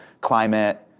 climate